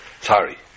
sorry